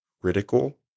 critical